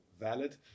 valid